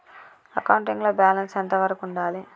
Accounting లో balance ఎంత వరకు ఉండాలి?